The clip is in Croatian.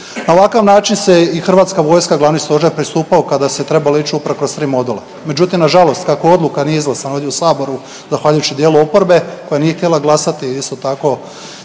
Na ovakav način se i Hrvatska vojska Glavni stožer pristupao kada se trebalo ići uprkos tri modula. Međutim na žalost kako odluka nije izglasana ovdje u Saboru zahvaljujući dijelu oporbe koja nije htjela glasati isto tako